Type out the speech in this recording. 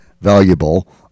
valuable